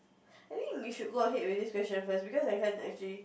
I think you should go ahead with this question first because my friend actually